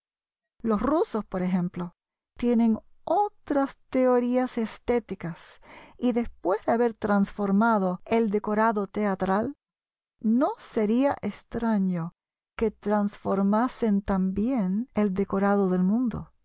los rusos por ejemplo tienen otras teorías estéticas y después de haber transformado el decorado teatral no sería extraño que transformasen también el decorado del mundo